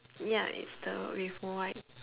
ya it's the with white